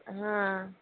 हं